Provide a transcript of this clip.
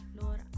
Lord